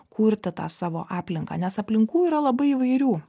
kurti tą savo aplinką nes aplinkų yra labai įvairių